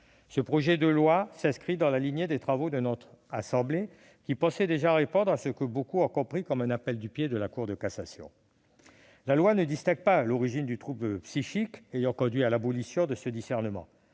Ce projet de loi s'inscrit dans la lignée des travaux de notre assemblée, qui entendaient déjà répondre à ce qui avait été compris par beaucoup comme un appel du pied de la Cour de cassation. La loi ne distingue pas selon l'origine du trouble psychique ayant conduit à l'abolition du discernement.